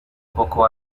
poco